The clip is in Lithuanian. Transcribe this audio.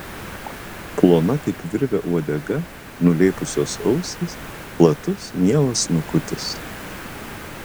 plona kaip virvė uodega nulėpusios ausys platus mielas snukutis